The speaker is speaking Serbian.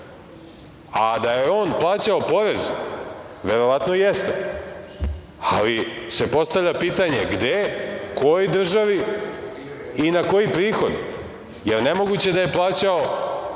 da je on plaćao porez, verovatno jeste, ali se postavlja pitanje – gde, kojoj državi i na koji prihod? Nemoguće da je plaćao